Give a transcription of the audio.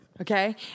Okay